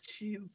jeez